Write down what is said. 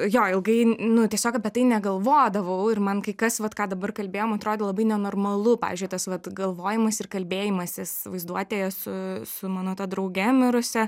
jo ilgai nu tiesiog apie tai negalvodavau ir man kai kas vat ką dabar kalbėjom atrodė labai nenormalu pavyzdžiui tas vat galvojimas ir kalbėjimasis vaizduotėje su su mano ta drauge mirusia